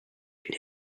une